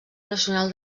nacional